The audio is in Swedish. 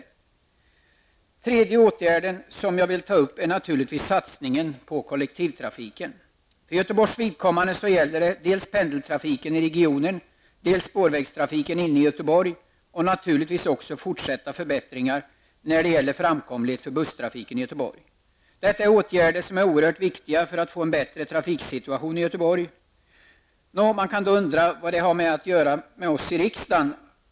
Den tredje åtgärd som jag vill ta upp är naturligtvis satsningen på kollektivtrafiken. För Göteborgs vidkommande gäller det pendeltrafiken i regionen, spårvägstrafiken inne i Göteborg och naturligtvis även fortsatta förbättringar i framkomligheten för busstrafiken i Göteborg. Detta är åtgärder som är oerhört viktiga för att man skall kunna få en bättre trafiksituation i Göteborg. Man kan undra vad detta har att göra med oss i riksdagen.